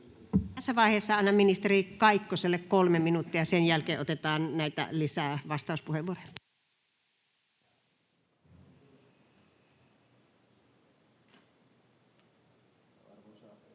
Tässä vaiheessa annan ministeri Kaikkoselle 3 minuuttia, ja sen jälkeen otetaan lisää näitä vastauspuheenvuoroja.